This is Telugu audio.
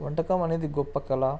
వంటకం అనేది గొప్ప కళ